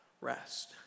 rest